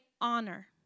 honor